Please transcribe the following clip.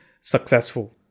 successful